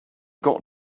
got